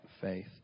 faith